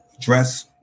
dress